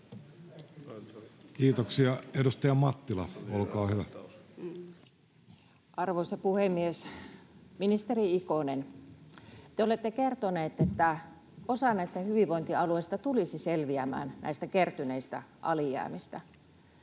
Kiitoksia. — Edustaja Mattila, olkaa hyvä. Arvoisa puhemies! Ministeri Ikonen, te olette kertonut, että osa hyvinvointialueista tulisi selviämään näistä kertyneistä alijäämistä.